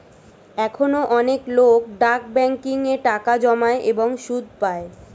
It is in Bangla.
এখনো অনেক লোক ডাক ব্যাংকিং এ টাকা জমায় এবং সুদ পায়